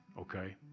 Okay